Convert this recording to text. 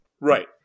Right